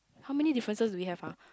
how many differences we have uh